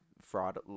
fraud